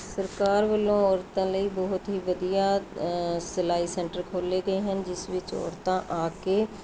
ਸਰਕਾਰ ਵੱਲੋਂ ਔਰਤਾਂ ਲਈ ਬਹੁਤ ਹੀ ਵਧੀਆ ਸਿਲਾਈ ਸੈਂਟਰ ਖੋਲੇ ਗਏ ਹਨ ਜਿਸ ਵਿੱਚ ਔਰਤਾਂ ਆ ਕੇ